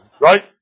Right